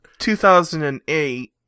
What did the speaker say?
2008